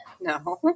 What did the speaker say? No